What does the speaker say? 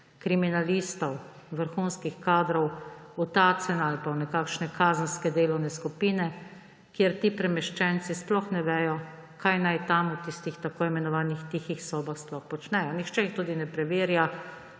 kriminalistov, vrhunskih kadrov v Tacen ali pa v nekakšne kazenskega delovne skupine, kjer ti premeščenci sploh ne vedo, kaj naj tam v tistih tako imenovanih tihih sobah sploh počnejo. Nihče jih tudi ne preverja,